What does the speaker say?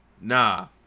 nah